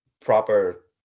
proper